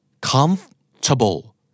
Comfortable